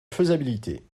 faisabilité